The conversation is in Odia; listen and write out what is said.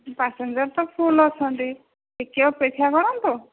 ପାସେଞ୍ଜର ତ ଫୁଲ୍ ଅଛନ୍ତି ଟିକେ ଅପେକ୍ଷା କରନ୍ତୁ